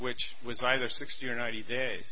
which was either sixty or ninety days